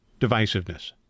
divisiveness